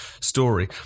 story